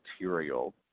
material